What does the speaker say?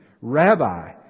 Rabbi